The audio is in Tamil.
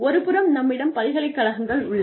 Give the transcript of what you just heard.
ஒருபுறம் நம்மிடம் பல்கலைக்கழகங்கள் உள்ளன